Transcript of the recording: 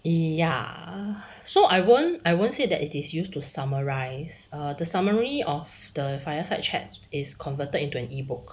ya so I won't I won't say that it is used to summarise err the summary of the fireside chat is converted into an ebook